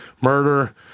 Murder